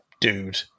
dude